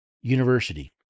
university